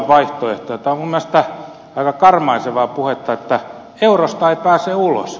tämä on minun mielestäni aika karmaisevaa puhetta että eurosta ei pääse ulos